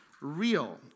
real